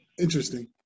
Interesting